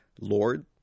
Lord